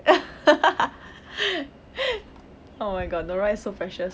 oh my god nora is so precious